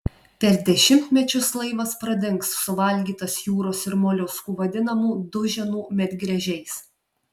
per dešimtmečius laivas pradings suvalgytas jūros ir moliuskų vadinamų duženų medgręžiais